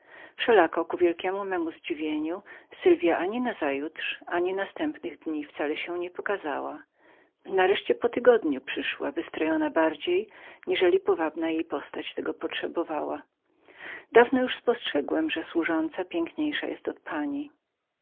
wszelako z wielkiem mojem podziwieniem sylwja ani nazajutrz ani następnych dni wcale się nie pokazała nareszcie po ośmiu dniach przyszła wystrojona bardziej niżeli powabna jej postać tego potrzebowała dawno już spostrzegłem był że służąca piękniejszą była od pani